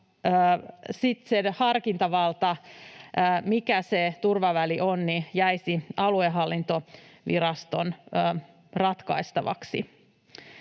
harkintavalta, mikä se turvaväli on, jäisi aluehallintoviraston ratkaistavaksi.